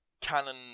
canon